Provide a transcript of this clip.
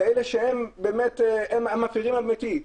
אלה שהם באמת המפרים האמיתיים.